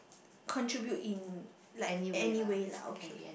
contribute in like anyway lah okay